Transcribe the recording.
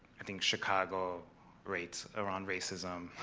i think chicago rates around racism,